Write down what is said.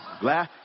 Glad